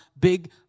big